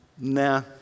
Nah